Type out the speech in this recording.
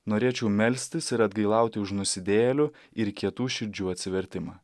norėčiau melstis ir atgailauti už nusidėjėlių ir kietų širdžių atsivertimą